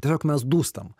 tiesiog mes dūstam